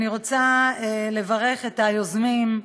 אני רוצה לברך את היוזמים,